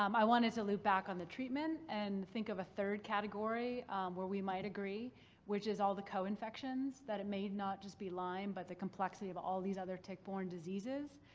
um i wanted to loop back on the treatment and think of a third category where we might agree which is all of the co-infections that it may not just be lyme, but the complexity of all these other tick-borne diseases.